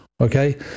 okay